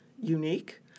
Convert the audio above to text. unique